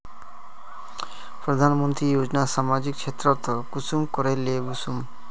प्रधानमंत्री योजना सामाजिक क्षेत्र तक कुंसम करे ले वसुम?